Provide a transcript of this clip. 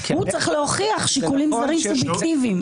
הוא צריך להוכיח שיקולים זרים סובייקטיביים.